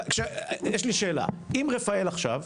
יש לי שאלה, אם "רפאל" עכשיו,